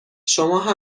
شما